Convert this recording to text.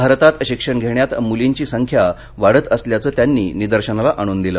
भारतात शिक्षण घेण्यात मुलींची संख्या वाढत असल्याचं त्यांनी निदर्शनाला आणून दिलं